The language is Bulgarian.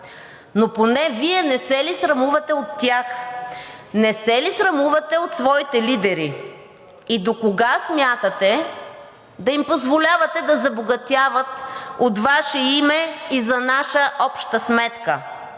но поне Вие не се ли срамувате от тях? Не се ли срамувате от своите лидери и докога смятате да им позволявате да забогатяват от Ваше име и за наша обща сметка?